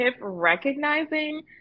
recognizing